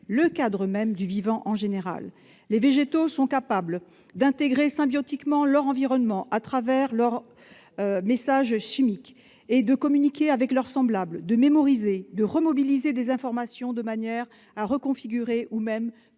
le cadre même du vivant en général. Les végétaux sont capables d'intégrer symbiotiquement leur environnement leurs messages chimiques et de communiquer avec leurs semblables, de mémoriser puis de remobiliser des informations de manière à reconfigurer ou même